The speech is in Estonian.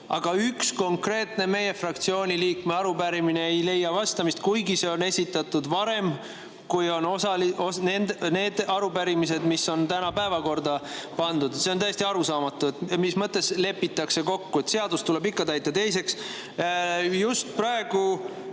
aga üks konkreetne meie fraktsiooni liikme arupärimine ei leia vastamist, kuigi see on esitatud varem kui need arupärimised, mis on täna päevakorda pandud. See on täiesti arusaamatu. Mis mõttes lepitakse kokku? Seadust tuleb ikka täita. Teiseks, just praegu